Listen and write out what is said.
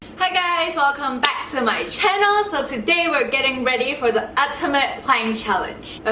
hi guys, welcome back to my channel. so today we're getting ready for the ultimate flying challenge but